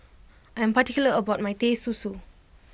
I am particular about my Teh Susu